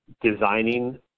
designing